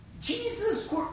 Jesus